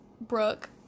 Brooke